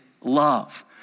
love